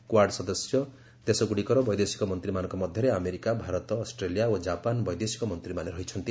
Quad ସଦସ୍ୟ ଦେଶଗୁଡ଼ିକର ବୈଦେଶିକ ମନ୍ତ୍ରୀମାନଙ୍କ ମଧ୍ୟରେ ଆମେରିକା ଭାରତ ଅଷ୍ଟ୍ରେଲିଆ ଓ ଜାପାନ ବୈଦେଶିକ ମନ୍ତ୍ରୀମାନେ ରହିଛନ୍ତି